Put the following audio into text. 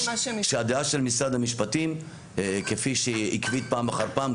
שהדעה של משרד המשפטים כפי שהיא עקבית פעם אחר פעם,